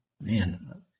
man